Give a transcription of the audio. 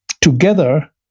together